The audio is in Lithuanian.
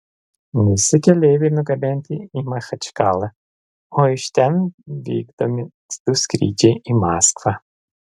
visi keleiviai nugabenti į machačkalą o iš ten vykdomi du skrydžiai į maskvą